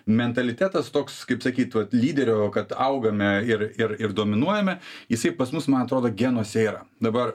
mentalitetas toks kaip sakyt vat lyderio kad augame ir ir dominuojame jisai pas mus man atrodo genuose yra dabar